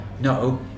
no